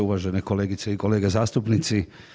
Uvažene kolegice i kolege zastupnici.